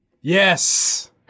Yes